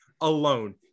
alone